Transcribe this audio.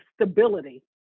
stability